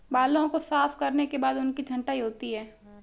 बालों को साफ करने के बाद उनकी छँटाई होती है